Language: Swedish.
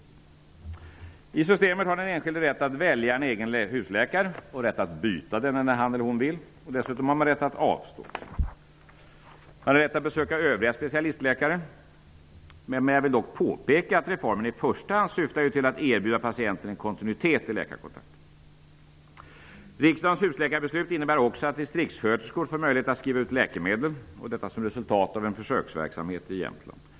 I husläkarsystemet har den enskilde rätt att välja en egen husläkare och byta denne när han eller hon vill. Dessutom har man rätt att avstå. Man har rätt att besöka övriga specialistläkare. Jag vill dock påpeka att reformen i första hand syftar till att erbjuda patienten en kontinuitet i läkarkontakten. Riksdagens husläkarbeslut innebär också att distriktssköterskor får möjlighet att skriva ut läkemedel. Detta är ett resultat av en försöksverksamhet i Jämtland.